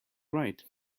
right